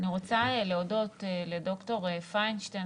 אני רוצה להודות לד"ר פיינשטיין,